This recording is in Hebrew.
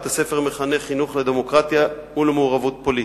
בית-הספר מחנך חינוך לדמוקרטיה ולמעורבות פוליטית.